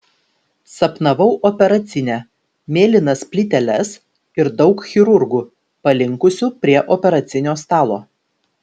sapnavau operacinę mėlynas plyteles ir daug chirurgų palinkusių prie operacinio stalo